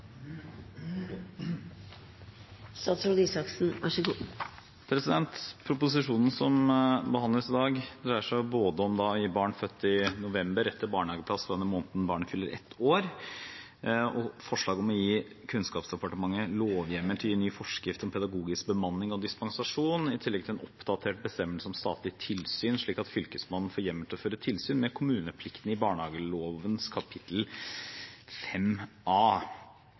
Proposisjonen som behandles i dag, dreier seg om å gi barn født i november rett til barnehageplass fra den måneden barnet fyller ett år, og forslaget om å gi Kunnskapsdepartementet lovhjemmel til å gi ny forskrift om pedagogisk bemanning og dispensasjon, i tillegg til en oppdatert bestemmelse om statlig tilsyn, slik at Fylkesmannen får hjemmel til å føre tilsyn med kommunepliktene i barnehageloven kapittel V A.